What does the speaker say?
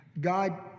God